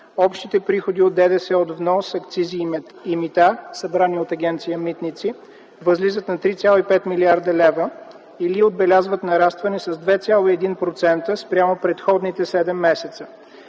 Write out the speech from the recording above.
общите приходи от ДДС, от внос, акцизи и мита, събрани от Агенция „Митници”, възлизат на 3,5 млрд. лв. или отбелязват нарастване с 2,1% спрямо предходните 7 месеца.